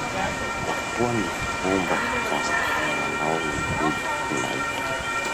Ahoa gny fomba hikarakaranao gny hoditsy maiky?